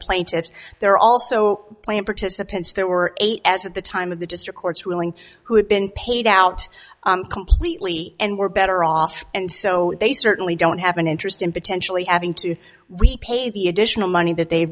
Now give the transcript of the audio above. plaintiffs there also plan participants there were eight as at the time of the district court's ruling who had been paid out completely and were better off and so they certainly don't have an interest in potentially having to repay the additional money that they